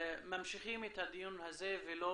ממשיכים את הדיון ולא